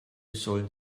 sollen